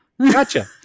gotcha